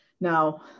Now